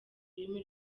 rurimi